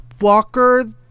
Walker